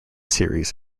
series